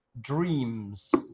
dreams